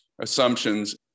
assumptions